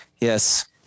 Yes